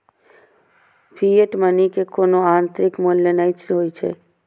fiat money के कोनो आंतरिक मूल्य नै होइ छै